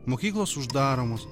mokyklos uždaromos